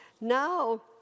now